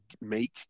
make